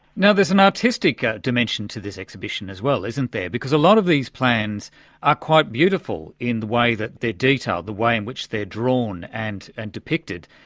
now, there's an artistic dimension to this exhibition as well, isn't there, because a lot of these plans are quite beautiful in the way that they're detailed, the way in which they're drawn and and depicted.